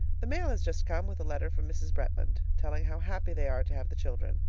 the mail has just come, with a letter from mrs. bretland, telling how happy they are to have the children.